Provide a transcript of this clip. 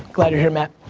glad you're here matt.